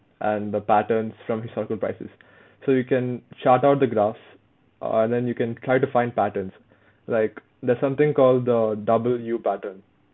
and the patterns from historical prices so you can chart out the graph err then you can try to find patterns like there's something called the W pattern